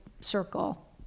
circle